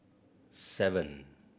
seven